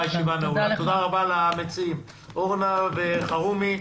תודה רבה למציעים, אורנה ברביבאי וסעיד אלחרומי.